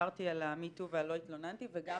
דיברתי על ה-Me too ועל לא התלוננתי וגם